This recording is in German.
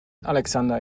alexander